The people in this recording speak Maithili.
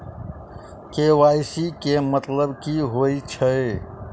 के.वाई.सी केँ मतलब की होइ छै?